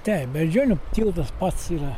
teip beždžionių tiltas pats yra